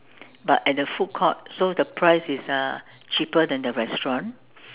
but at the food court so the price is uh cheaper than the restaurant